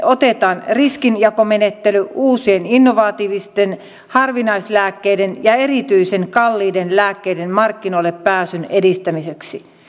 otetaan riskinjakomenettely uusien innovatiivisten harvinaislääkkeiden ja erityisen kalliiden lääkkeiden markkinoille pääsyn edistämiseksi